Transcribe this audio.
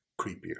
creepier